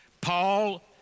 Paul